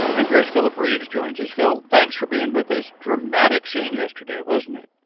npr's philip reeves joins us. phil, thanks for being with us. dramatic scene yesterday, wasn't it?